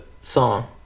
song